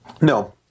No